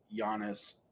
Giannis